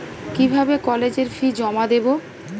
কিভাবে কলেজের ফি জমা দেবো?